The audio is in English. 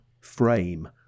frame